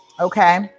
okay